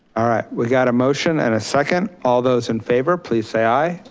all right, we got a motion and a second. all those in favor, please say aye.